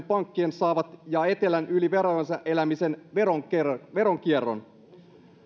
pankkien saatavat ja etelän yli varojensa elävien veronkierron veronkierron